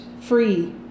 free